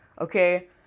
Okay